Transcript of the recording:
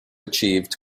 achieved